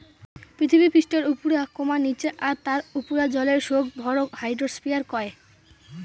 পিথীবি পিষ্ঠার উপুরা, নিচা আর তার উপুরার জলের সৌগ ভরক হাইড্রোস্ফিয়ার কয়